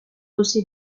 aussi